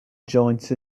joint